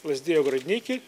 lazdijai ogrodniki